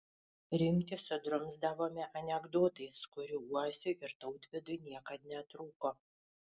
rimtį sudrumsdavome anekdotais kurių uosiui ir tautvydui niekad netrūko